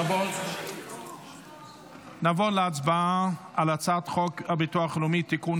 נעבור להצבעה על הצעת חוק הביטוח הלאומי (תיקון,